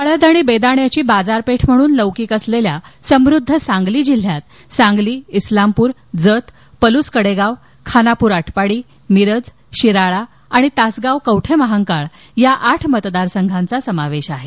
हळद आणि बेदाण्याची बाजारपेठ म्हणून लौकिक असलेल्या समृद्ध सांगली जिल्ह्यात सांगली स्लामपूर जत पलूस कडेगाव खानापूर आटपाडी मिरज शिराळा आणि तासगाव कवठेमहाकाळ या आठ मतदारसंघाचा समावेश आहे